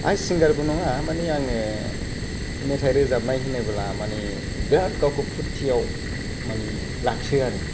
आं सिंगारबो नङा माने आङो मेथाइ रोजाबनाय होनोब्ला माने बिरात गावखौ फुर्थियाव माने लाखियो आरो